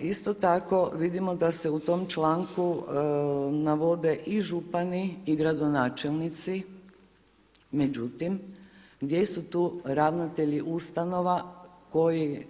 Isto tako vidimo da se u tom članku navode i župani i gradonačelnici, međutim gdje su tu ravnatelji ustanova koji